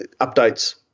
updates